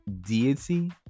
deity